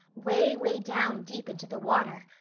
way, way down, deep into the water.